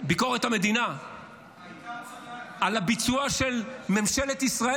ביקורת המדינה על הביצוע של ממשלת ישראל